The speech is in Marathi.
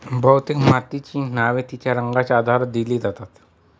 बहुतेक मातीची नावे तिच्या रंगाच्या आधारावर दिली जातात